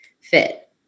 fit